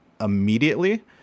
immediately